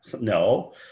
No